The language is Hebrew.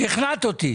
טוב, שכנעת אותי,